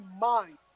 mind